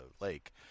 lake